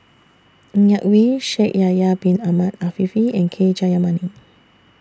Ng Yak Whee Shaikh Yahya Bin Ahmed Afifi and K Jayamani